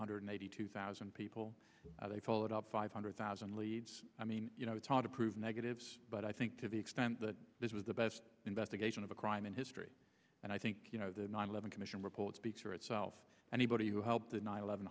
hundred eighty two thousand people they followed up five hundred thousand leads i mean you know it's hard to prove negatives but i think to the extent that this was the best investigation of a crime in history and i think you know the nine eleven commission report speaks for itself anybody who helped the nine eleven